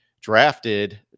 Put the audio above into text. drafted